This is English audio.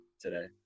today